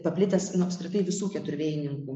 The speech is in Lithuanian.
paplitęs nu apskritai visų keturvėjininkų